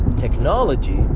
technology